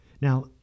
Now